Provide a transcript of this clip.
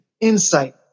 insight